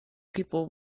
people